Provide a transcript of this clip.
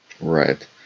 Right